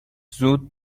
زود